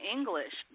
English